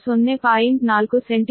ಆದ್ದರಿಂದ ರೈಯು 0